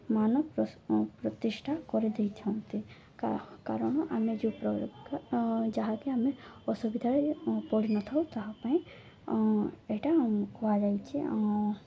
ମାନ ପ୍ର ପ୍ରତିଷ୍ଠା କରିଦେଇଥାନ୍ତି କା କାରଣ ଆମେ ଯେ ପ୍ର ଯାହାକି ଆମେ ଅସୁବିଧାରେ ପଡ଼ିନଥାଉ ତାହା ପାଇଁ ଏଇଟା କୁହାଯାଇଛି ଆମ